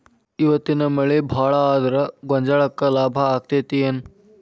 ಇವತ್ತಿನ ಮಳಿ ಭಾಳ ಆದರ ಗೊಂಜಾಳಕ್ಕ ಲಾಭ ಆಕ್ಕೆತಿ ಏನ್?